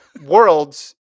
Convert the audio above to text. worlds